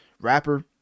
rapper